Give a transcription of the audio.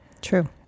True